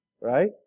right